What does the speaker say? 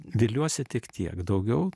viliuosi tik tiek daugiau